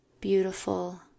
Beautiful